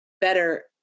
better